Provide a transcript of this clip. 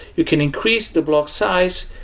you can increase the block size.